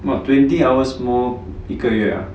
about twenty hours more 一个月 ah